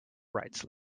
rights